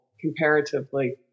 comparatively